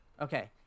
Okay